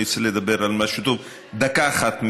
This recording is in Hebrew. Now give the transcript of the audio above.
אני רוצה לדבר על משהו טוב דקה אחת מזמני,